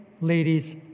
ladies